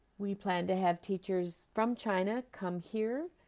we plan to have teachers from china come here